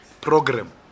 program